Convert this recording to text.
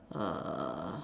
uh